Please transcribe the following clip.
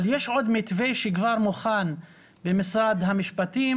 אבל יש עוד מתווה שכבר מוכן במשרד המשפטים